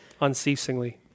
unceasingly